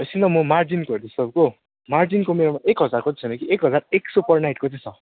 एकछिन ल म मार्जिन खोज्छु तपाईँको मार्जिनको मेरोमा एक हजारको चाहिँ छैन कि एक हजार एकसय पर नाइटको चाहिँ छ